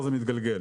מתגלגל.